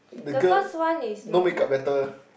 the first one is not